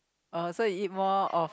uh so you eat more of